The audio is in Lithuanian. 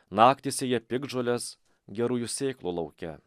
naktį sėja piktžoles gerųjų sėklų lauke